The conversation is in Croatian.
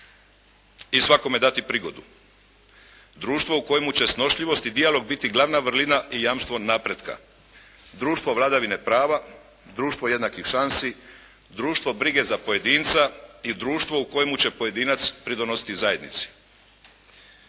i svakome dati prigodu. Društvo u kojemu će snošljivost i dijalog biti glavna vrlina i jamstvo napretka. Društvo vladavine prava, društvo jednakih šansi, društvo brige za pojedinca i društvo u kojemu će pojedinac pridonositi zajednici.